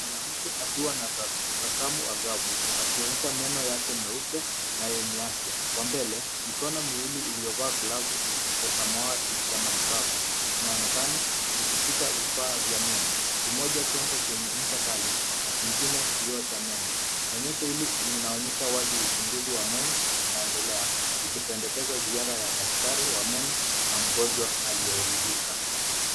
Mwanamke akiwa na tabasamu angavu, akionyesha meno yake meupe na yenye afya. Kwa mbele mikono miwili iliyovaa glavu za samawati za matibabu inaonekana ikishika vifaa vya meno. Kimoja chombo chenye ncha kali na kingine kioo cha meno. Onyesho hili linaonyesha wazi uchunguzi wa meno unaendelea, likipendekeza ziara ya daktari wa meno na mgonjwa aliyeridhika.